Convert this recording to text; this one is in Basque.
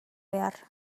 behar